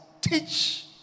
teach